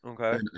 Okay